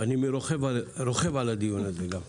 אני רוכב על הדיון הזה גם כן.